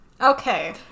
Okay